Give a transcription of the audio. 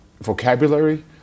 vocabulary